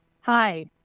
hi